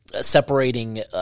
separating –